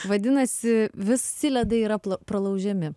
vadinasi visi ledai yra pralaužiami